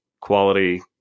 quality